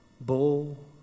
bull